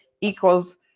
equals